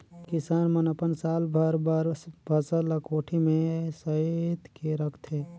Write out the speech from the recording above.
किसान मन अपन साल भर बर फसल ल कोठी में सइत के रखथे